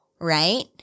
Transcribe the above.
right